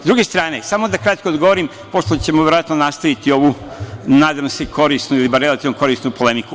S druge strane, samo da kratko odgovorim, pošto ćemo verovatno nastaviti ovu, nadam se korisnu ili bar relativno korisnu polemiku.